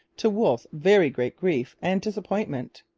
to wolfe's very great grief and disappointment.